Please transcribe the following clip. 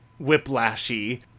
whiplashy